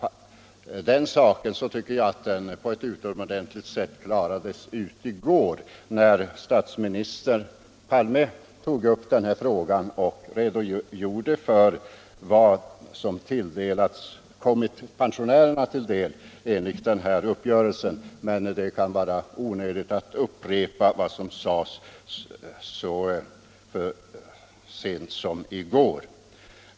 Den saken tycker jag klarades ut på ett utomordentligt sätt i går, när statsminister Palme tog upp frågan och redogjorde för vad som kommit pensionärerna till del enligt uppgörelsen. Men det kan vara onödigt att upprepa vad som sades så sent som i går.